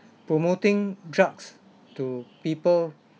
promoting drugs to people